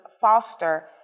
foster